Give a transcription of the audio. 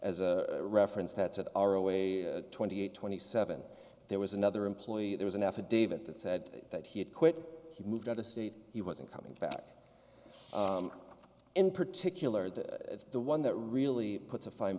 as a reference that's an hour away twenty eight twenty seven there was another employee there was an affidavit that said that he had quit he moved out of state he wasn't coming back in particular that the one that really puts a fi